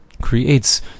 Creates